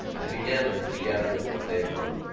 they began then to gather in what they had won.